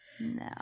No